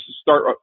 start